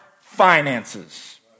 finances